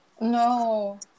No